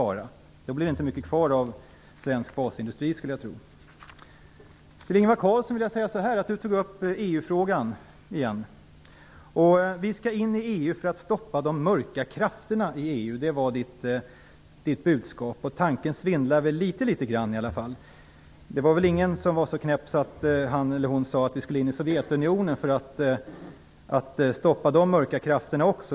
Jag skulle tro att det i så fall inte blir mycket kvar av svensk basindustri. Ingvar Carlsson tog åter upp EU-frågan. Vi skall in i EU för att stoppa de mörka krafterna i EU - det var Ingvar Carlssons budskap. Tanken svindlade i varje fall litet grand. Det var väl ingen som var så knäpp att han eller hon sade att vi skulle in i Sovjetunionen för att stoppa de mörka krafterna där.